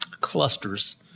clusters